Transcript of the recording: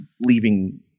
leaving